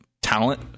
talent